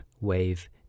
wave